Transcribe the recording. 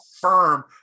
firm